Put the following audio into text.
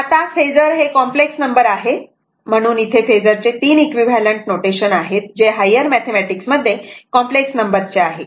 आता फेजर हे complex number आहे म्हणून इथे फेजर चे तीन इक्विव्हॅलंट नोटेशन आहेत जे हायर मॅथेमॅटिक्स higher mathematics मध्ये कॉम्प्लेक्स नंबरचे आहेत